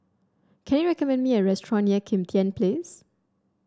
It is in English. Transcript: can you recommend me a restaurant near Kim Tian Place